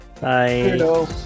Bye